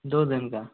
दो दिन का